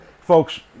Folks